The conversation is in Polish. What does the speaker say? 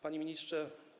Panie Ministrze!